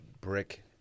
brick